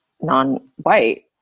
non-white